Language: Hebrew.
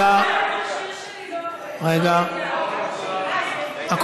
התשע"ה 2015, של